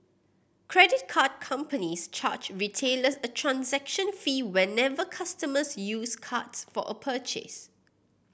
credit card companies charge retailers a transaction fee whenever customers use cards for a purchase